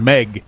Meg